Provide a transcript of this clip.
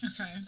Okay